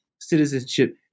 citizenship